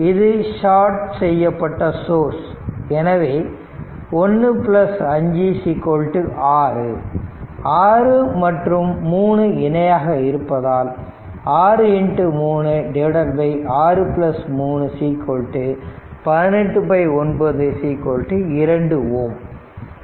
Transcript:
இது ஷாட் செய்யப்பட்ட சோர்ஸ் எனவே 1 56 6 மற்றும் 3 இணையாக இருப்பதால் 63 63 18 9 2 Ω